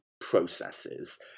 processes